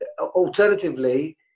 alternatively